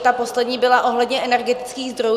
Ta poslední byla ohledně energetických zdrojů.